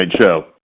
show